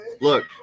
Look